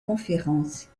conférences